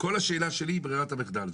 כל השאלה שלי היא ברירת המחדל.